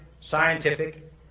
scientific